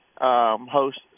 host